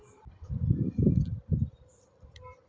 Cable ಬಿಲ್ಲನ್ನು ಮೊಬೈಲಿನಲ್ಲಿ ಇರುವ ಫೋನ್ ಪೇನಿಂದ ಕಟ್ಟಬಹುದಾ?